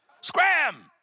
Scram